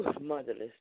motherless